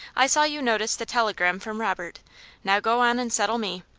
i saw you notice the telegram from robert now go on and settle me!